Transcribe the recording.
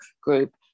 group